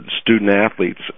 student-athletes